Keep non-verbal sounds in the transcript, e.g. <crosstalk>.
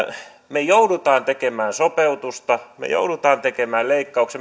me joudumme tekemään sopeutusta me joudumme tekemään leikkauksia <unintelligible>